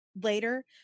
later